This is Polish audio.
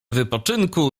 wypoczynku